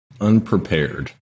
unprepared